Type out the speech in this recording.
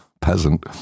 peasant